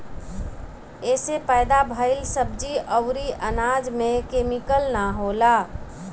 एसे पैदा भइल सब्जी अउरी अनाज में केमिकल ना होला